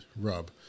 rub